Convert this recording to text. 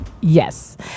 yes